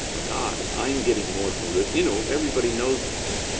my god, i'm getting more from this. you know, everybody knows this.